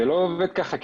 זה לא עובד ככה.